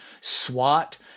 SWAT